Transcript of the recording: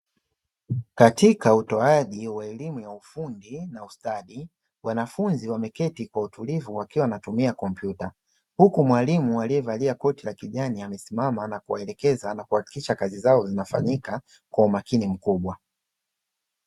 Katika utoaji wa elimu ya ufundi na ustadi, wanafunzi wameketi kwa utulivu wakiwa wanatumia kompyuta, huku mwalimu aliyevalia koti la kijani amesimama na kuwaelekeza na kuhakikisha kazi zao zinafanyika kwa umakini mkubwa.